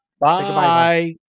Bye